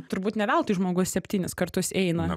turbūt ne veltui žmogus septynis kartus eina